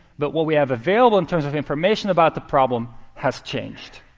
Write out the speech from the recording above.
but what we have available in terms of information about the problem has changed.